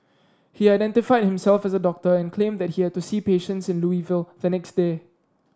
he identified himself as a doctor and claimed that he had to see patients in Louisville the next day